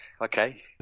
okay